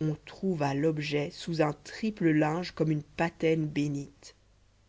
on trouva l'objet sous un triple linge comme une patène bénite